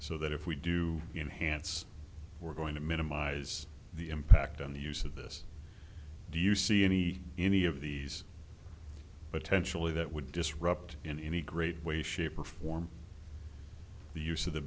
so that if we do in hants we're going to minimise the impact on the use of this do you see any any of these potentially that would disrupt in any great way shape or form the use of the